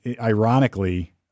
ironically